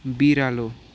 बिरालो